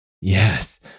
yes